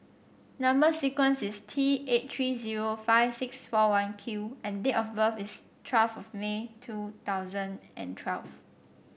number sequence is T eight three zero five six four one Q and date of birth is twelve of May two thousand and twelve